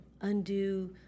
undo